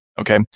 Okay